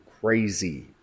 crazy